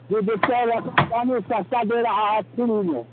जो देखते हैं रासन सस्ता दे रहा है फीरी में